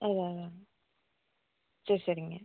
அதான் அதான் சரி சரிங்க